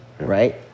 Right